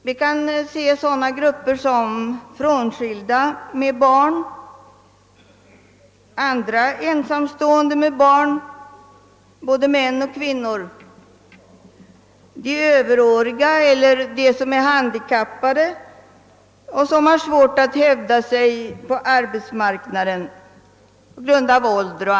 Vi kan se på sådana grupper som frånskilda med barn och ensamstående med barn — det gäller både män och kvinnor — överåriga och handikappade som har svårt att hävda sig på arbetsmarknaden.